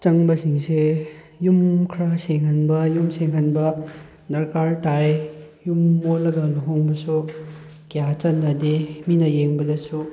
ꯆꯪꯕꯁꯤꯡꯁꯦ ꯌꯨꯝ ꯈꯔ ꯁꯦꯡꯍꯟꯕ ꯌꯨꯝ ꯁꯦꯡꯍꯟꯕ ꯗꯔꯀꯥꯔ ꯇꯥꯏ ꯌꯨꯝ ꯃꯣꯠꯂꯒ ꯂꯨꯍꯣꯡꯕꯁꯨ ꯀꯌꯥ ꯆꯠꯅꯗꯦ ꯃꯤꯅ ꯌꯦꯡꯕꯗꯁꯨ